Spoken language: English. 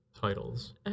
titles